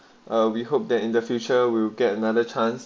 we hope that in the future will get another chance